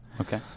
Okay